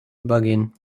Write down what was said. übergehen